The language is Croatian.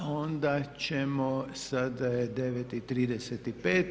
Onda ćemo, sada je 9,35.